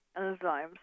enzymes